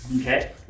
Okay